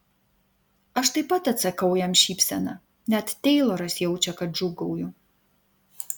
aš taip pat atsakau jam šypsena net teiloras jaučia kad džiūgauju